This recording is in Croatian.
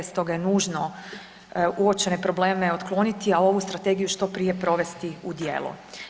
Stoga je nužno uočene probleme otkloniti, a ovu strategiju što prije provesti u djelo.